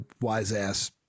wise-ass